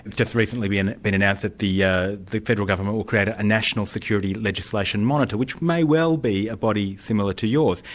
just recently it's and been announced that the yeah the federal government will create a national security legislation monitor, which may well be a body similar to yours,